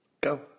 Go